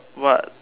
what